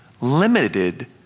limited